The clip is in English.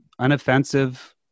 unoffensive